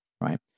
right